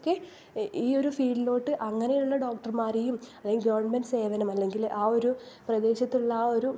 അവർക്കൊക്കെ ഈ ഒരു ഫീൾഡിലോട്ട് അങ്ങനെയുള്ള ഡോക്ടർമാരെയും അതായത് ഗവൺമെൻറ്റ് സേവനം അല്ലെങ്കിൽ ആ ഒരു പ്രദേശത്തുള്ള ആ ഒരു